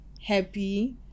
happy